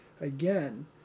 again